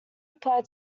apply